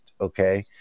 okay